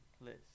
list